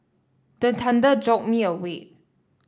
the thunder jolt me awake